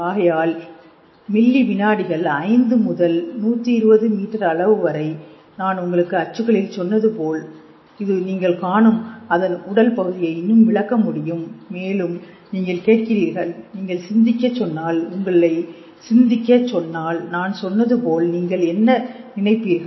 ஆகையால் வெள்ளி வினாடிகள் 5 முதல் 120 மீட்டர் அளவு வரை நான் உங்களுக்கு அச்சுகளில் சொன்னது போல் இது நீங்கள் காணும் அதன் உடல் பகுதியை இன்னும் விளக்க முடியும் மேலும் நீங்கள் கேட்கிறீர்கள் நீங்கள் சிந்திக்க சொன்னால் உங்களை சிந்திக்க சொன்னால் நான் சொன்னது போல் நீங்கள் என்ன நினைப்பீர்கள்